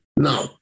Now